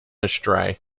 astray